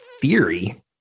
theory